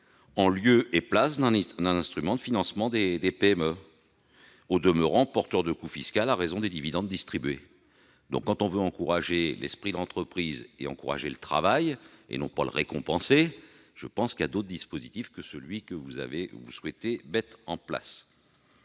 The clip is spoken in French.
outil remplacera un instrument de financement des PME, et sera, au demeurant, porteur de coûts fiscaux à raison des dividendes distribués. Quand on veut encourager l'esprit d'entreprise et le travail, et non le récompenser, il y a d'autres dispositifs que celui que vous souhaitez mettre en place.